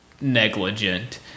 negligent